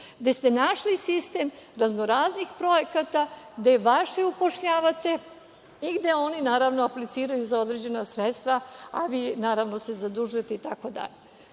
gde ste našli sistem raznoraznih projekata gde vaše upošljavate i gde oni, naravno, apliciraju za određena sredstva a vi se, naravno, zadužujete, itd. Onda se